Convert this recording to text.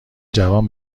جوان